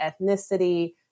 ethnicity